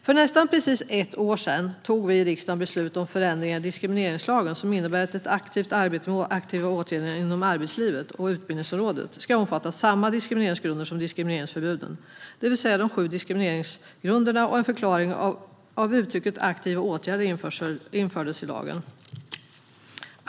För nästan precis ett år sedan tog vi i riksdagen beslut om förändringar i diskrimineringslagen som innebär att arbetet med aktiva åtgärder inom arbetslivet och utbildningsområdet ska omfatta samma diskrimineringsgrunder som diskrimineringsförbuden, det vill säga de sju diskrimineringsgrunderna. Och en förklaring av uttrycket aktiva åtgärder infördes i lagen.